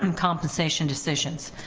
and compensation decisions,